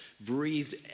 breathed